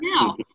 now